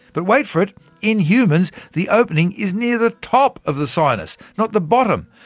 but wait for it in humans, the opening is near the top of the sinus, not the bottom.